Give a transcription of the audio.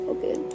Okay